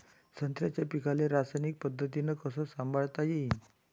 संत्र्याच्या पीकाले रासायनिक पद्धतीनं कस संभाळता येईन?